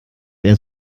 eher